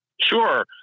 Sure